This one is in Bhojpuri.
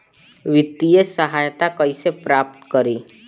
वित्तीय सहायता कइसे प्राप्त करी?